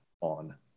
on